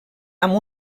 amb